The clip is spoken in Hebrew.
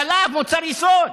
חלב הוא מוצר יסוד,